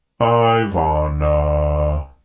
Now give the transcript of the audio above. Ivana